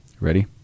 Ready